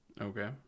Okay